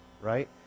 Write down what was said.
right